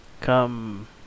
come